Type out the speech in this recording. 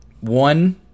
one